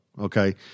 okay